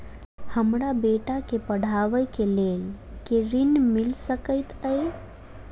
हमरा बेटा केँ पढ़ाबै केँ लेल केँ ऋण मिल सकैत अई?